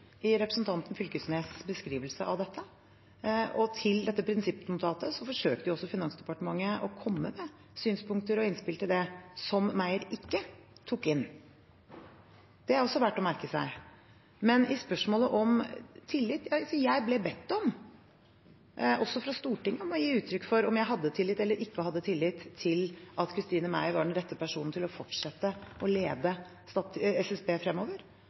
i representanten Fylkesnes’ beskrivelse av dette. Når det gjelder dette prinsippnotatet, forsøkte Finansdepartementet å komme med synspunkter og innspill som Meyer ikke tok inn. Det er også verdt å merke seg. Men når det gjelder spørsmålet om tillit, ble jeg bedt om, også fra Stortinget, å gi uttrykk for om jeg hadde tillit eller ikke hadde tillit til at Christine Meyer var den rette personen til å fortsette å lede SSB fremover.